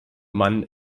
mann